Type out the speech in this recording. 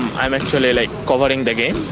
i'm actually like covering the game.